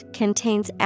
contains